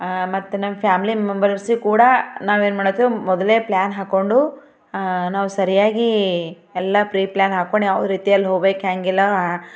ಮತ್ತೆ ನಮ್ಮ ಫ್ಯಾಮ್ಲಿ ಮೆಂಬರ್ಸಿಗೆ ಕೂಡ ನಾವೇನು ಮಾಡ್ತೀವಿ ಮೊದಲೇ ಪ್ಲ್ಯಾನ್ ಹಾಕ್ಕೊಂಡು ನಾವು ಸರಿಯಾಗಿ ಎಲ್ಲ ಪ್ರೀ ಪ್ಲ್ಯಾನ್ ಹಾಕ್ಕೊಂಡು ಯಾವ ರೀತಿಯಲ್ಲಿ ಹೋಗ್ಬೇಕು ಹ್ಯಾಂಗೆಲ್ಲ